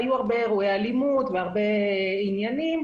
היו הרבה אירועי אלימות והרבה עניינים,